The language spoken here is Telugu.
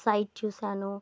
సైజ్ చూశాను